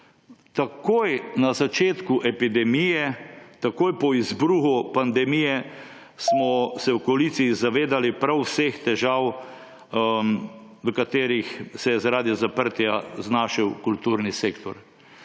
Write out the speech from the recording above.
Takoj na začetku epidemije, takoj po izbruhu pandemije smo se v koaliciji zavedali prav vseh težav, v katerih se je zaradi zaprtja znašel kulturni sektor.